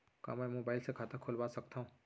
का मैं मोबाइल से खाता खोलवा सकथव?